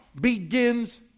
begins